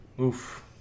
Oof